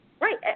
Right